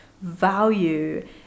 value